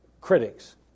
critics